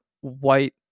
white